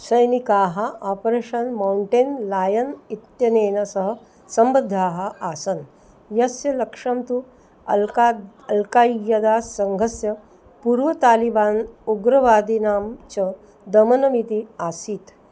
सैनिकाः operation mountain lion इत्यनेन सह सम्बद्धाः आसन् यस्य लक्ष्यं तु अल्का अल्काय्यदा सङ्घस्य पूर्वतालिबान् उग्रवादिनां च दमनमिति आसीत्